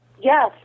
Yes